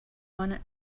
one